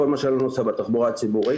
כל מה שלא נוסע בתחבורה הציבורית.